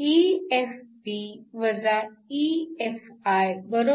EFp EFikTln Pni